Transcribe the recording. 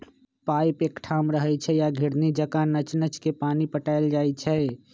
pipe एकठाम रहै छइ आ घिरणी जका नच नच के पानी पटायल जाइ छै